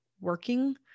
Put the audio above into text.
working